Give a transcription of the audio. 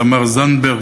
תמר זנדברג,